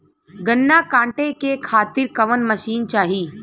गन्ना कांटेके खातीर कवन मशीन चाही?